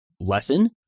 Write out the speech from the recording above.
lesson